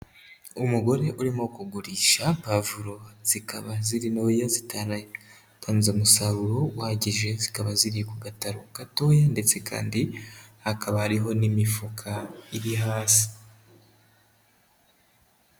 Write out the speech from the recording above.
Umugore urimo kugurisha pavuro zikaba ziri ntoya zitaratanze umusaruro uhagije zikaba ziri ku gataro gatoya ndetse kandi hakabaho n'imifuka iri hasi.